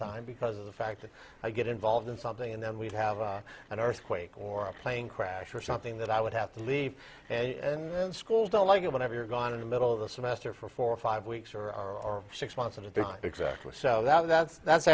time because of the fact that i get involved in something and then we'd have an earthquake or a plane crash or something that i would have to leave and then schools don't like it whenever you're gone in the middle of the semester for four or five weeks or six months and if they're not exactly so that's that's